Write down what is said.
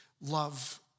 love